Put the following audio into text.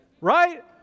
right